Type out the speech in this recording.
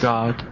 God